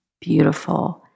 Beautiful